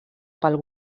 pel